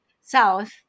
south